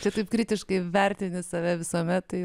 šitaip kritiškai vertinti save visuomet tai